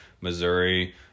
Missouri